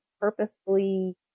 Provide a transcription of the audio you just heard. purposefully